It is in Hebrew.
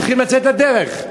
צריכים לצאת לדרך.